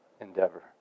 endeavor